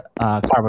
Carbon